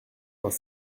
vingt